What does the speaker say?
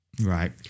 Right